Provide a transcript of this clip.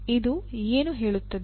ಇದು ಏನು ಹೇಳುತ್ತದೆ